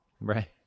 right